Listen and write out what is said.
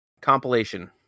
compilation